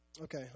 Okay